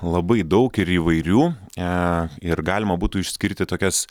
labai daug ir įvairių e ir galima būtų išskirti tokias